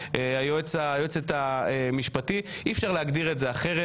ידי היועצת המשפטית, אי אפשר להגדיר את זה אחרת.